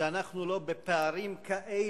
שאנחנו לא בפערים כאלה.